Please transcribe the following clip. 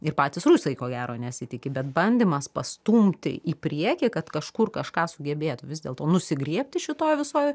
ir patys rusai ko gero nesitiki bet bandymas pastumti į priekį kad kažkur kažką sugebėtų vis dėlto nusigriebti šitoj visoj